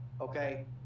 Okay